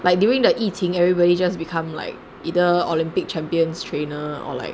like during the 疫情 everybody just become like either olympic champions trainer or like